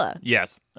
Yes